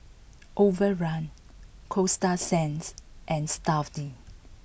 Overrun Coasta Sands and Stuff'd